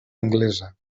anglesa